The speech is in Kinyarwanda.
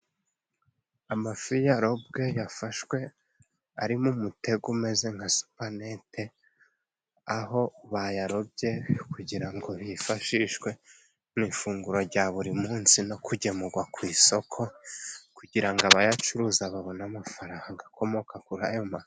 Amafi yarobwe yafashwe ari mu mutego umeze nka supanete aho bayarobye kugira ngo hifashishwe mu ifunguro rya buri munsi no kugemurwa ku isoko kugira ngo abayacuruza babone amafaranga akomoka kuri aya mafi.